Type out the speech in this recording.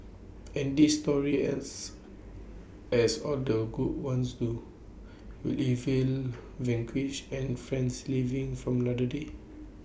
and this story ends as all the good ones do with evil vanquished and friends living for another day